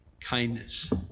kindness